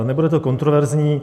Nebude to kontroverzní.